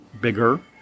bigger